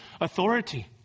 authority